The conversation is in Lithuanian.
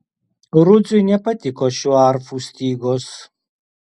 rudziui nepatiko šių arfų stygos